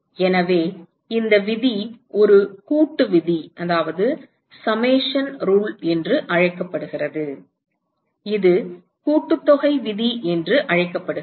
எனவே இந்த விதி ஒரு கூட்டு விதி என்று அழைக்கப்படுகிறது இது கூட்டுத்தொகை விதி என்று அழைக்கப்படுகிறது